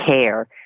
care